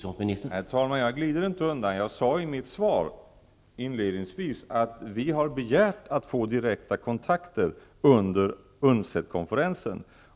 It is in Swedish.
Herr talman! Jag glider inte undan. Jag sade inledningsvis i mitt svar att vi har begärt att få direkta kontakter under UNCED-konferensen.